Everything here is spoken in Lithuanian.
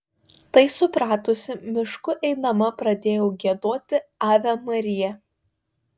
tai supratusi mišku eidama pradėjau giedoti ave maria